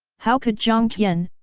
how could jiang tian,